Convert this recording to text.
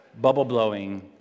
bubble-blowing